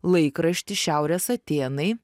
laikraštį šiaurės atėnai